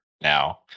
now